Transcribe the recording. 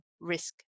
risk